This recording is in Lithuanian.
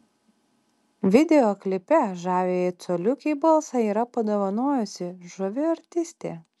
video klipe žaviajai coliukei balsą yra padovanojusi žavi artistė